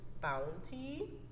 Bounty